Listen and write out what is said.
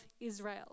Israel